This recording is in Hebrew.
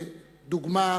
הביטחון הוא משחק קיומי.